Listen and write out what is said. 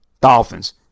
Dolphins